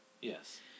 Yes